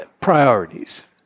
priorities